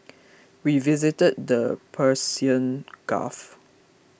we visited the Persian Gulf